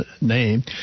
name